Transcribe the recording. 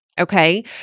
Okay